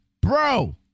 bro